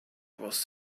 was